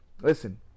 listen